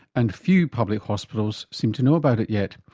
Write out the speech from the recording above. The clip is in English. and few public hospitals seem to know about it yet.